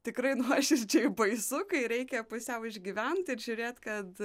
tikrai nuoširdžiai baisu kai reikia pusiau išgyvent ir žiūrėt kad